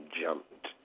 jumped